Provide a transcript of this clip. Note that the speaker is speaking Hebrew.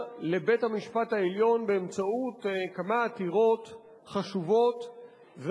לבית-המשפט העליון באמצעות כמה עתירות חשובות,